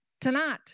Tonight